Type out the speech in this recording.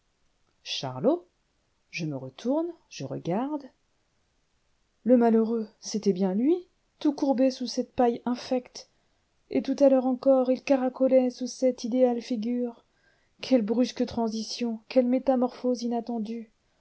charlot je me retourne je regarde le malheureux c'était bien lui tout courbé sous cette paille infecte et tout à l'heure encore il caracolait sous cette idéale figure quelle brusque transition quelle métamorphose inattendue